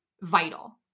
vital